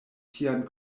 tian